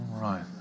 Right